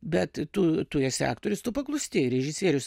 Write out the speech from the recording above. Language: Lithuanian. bet tu tu esi aktorius tu paklūsti režisierius